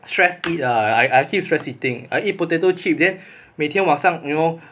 stress eat lah I I keep stress eating I eat potato chip then 每天晚上 you know